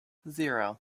zero